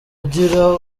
ugira